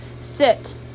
sit